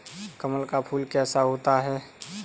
कमल का फूल कैसा होता है?